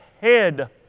head